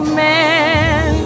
man